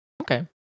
Okay